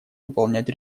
выполнять